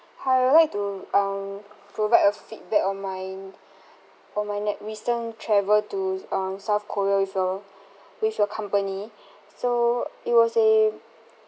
hi I would like to um provide a feedback on my for my net recent travel to um south korea with your with your company so it was a